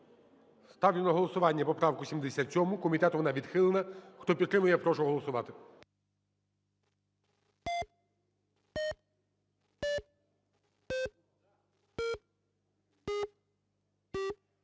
Ставлю на голосування поправку 77. Комітетом вона відхилена. Хто підтримує, прошу голосувати.